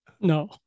No